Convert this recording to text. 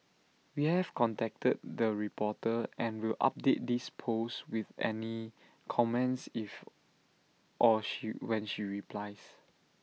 we have contacted the reporter and will update this post with any comments if or she when she replies